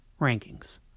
rankings